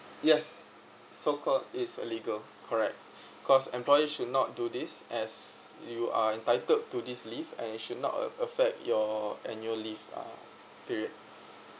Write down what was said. yes so called is illegal correct cause employer should not do this as you are entitled to this leave and it should not a~ affect your annual leave uh period